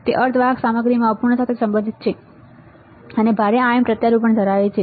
તે અર્ધવાહક સામગ્રીમાં અપૂર્ણતા સાથે સંબંધિત છે અને ભારે આયન પ્રત્યારોપણ ધરાવે છે